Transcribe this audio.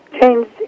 changed